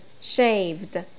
shaved